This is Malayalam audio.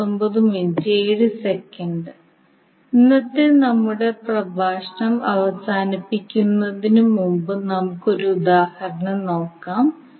ഇന്നത്തെ നമ്മുടെ പ്രഭാഷണം അവസാനിപ്പിക്കുന്നതിന് മുമ്പ് നമുക്ക് ഒരു ഉദാഹരണം നോക്കാം